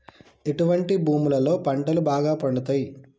ఎటువంటి భూములలో పంటలు బాగా పండుతయ్?